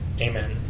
Amen